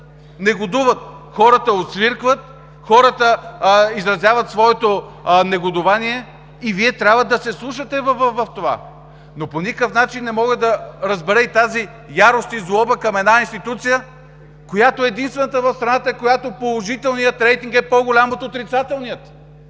негодуват, хората освиркват, хората изразяват своето негодувание и Вие трябва да се вслушате в това. По никакъв начин не мога да разбера тази ярост и злоба към една институция, единствената в страната, на която положителният рейтинг е по-голям от отрицателния!